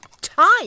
Time